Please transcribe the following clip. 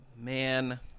Man